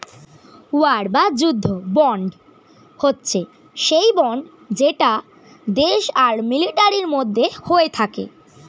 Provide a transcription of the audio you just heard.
war বা যুদ্ধ bond হচ্ছে সেই বন্ড যেটা দেশ আর মিলিটারির মধ্যে হয়ে থাকে